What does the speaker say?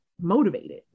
motivated